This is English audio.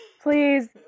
please